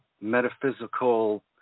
metaphysical